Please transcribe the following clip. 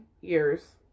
years